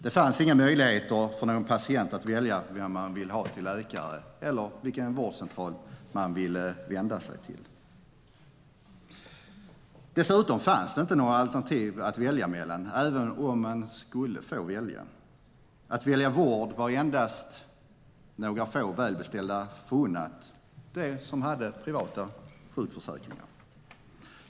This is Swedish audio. Det fanns inga möjligheter för någon patient att välja vem man ville ha till läkare eller vilken vårdcentral man ville vända sig till. Dessutom fanns det inte några alternativ att välja mellan även om man skulle få välja. Att välja vård var endast några få välbeställda förunnat, de som hade privata sjukförsäkringar.